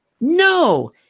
No